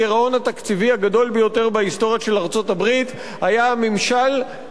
בהיסטוריה של ארצות-הברית היה הממשל של הנשיא בוש.